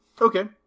Okay